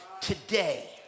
today